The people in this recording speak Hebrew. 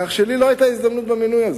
כך שלי לא היתה הזדמנות במינוי הזה.